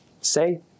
say